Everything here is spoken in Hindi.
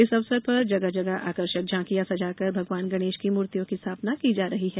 इस अवसर पर जगह जगह आकर्षक झांकियां सजाकर भगवान गणेश की मूर्तियों की स्थापना की जा रही है